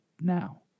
now